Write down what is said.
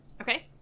Okay